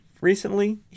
recently